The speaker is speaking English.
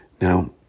Now